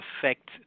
affect